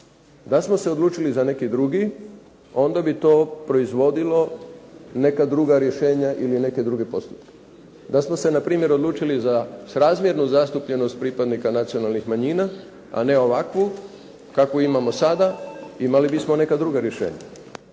Da smo se odlučili za neki drugi onda bi to proizvodili neka druga rješenja ili neke druge postupke. Da smo se na primjer odlučili za srazmjernu zastupljenost pripadnika nacionalnih manjina, a ne ovakvu kakvu imamo sada imali bismo neka druga rješenja.